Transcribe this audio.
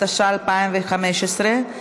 התשע"ה 2015,